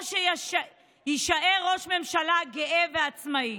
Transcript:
או שיישאר ראש ממשלה גאה ועצמאי".